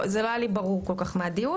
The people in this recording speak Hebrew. זה לא היה לי ברור כל כך מהדיון.